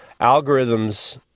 algorithms